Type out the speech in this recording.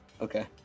Okay